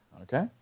Okay